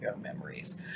memories